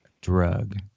drug